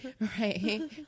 right